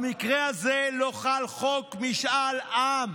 במקרה הזה לא חל חוק משאל עם.